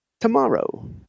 tomorrow